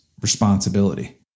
responsibility